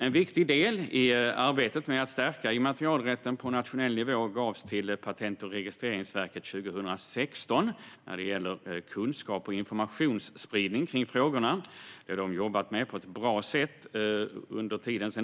En viktig del i arbetet med att stärka immaterialrätten på nationell nivå gavs 2016 till Patent och registreringsverket; det gäller kunskaps och informationsspridning kring frågorna. Detta har de jobbat med på ett bra sätt sedan dess.